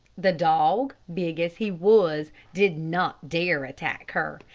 the dog, big as he was, did not dare attack her.